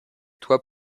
toi